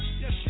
Yes